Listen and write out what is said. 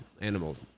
animals